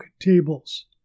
tables